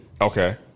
Okay